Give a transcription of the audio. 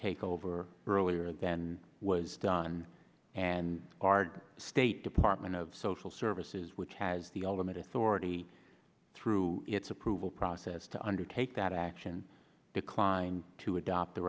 takeover earlier than was done and our state department of social service which has the ultimate authority through its approval process to undertake that action declined to adopt the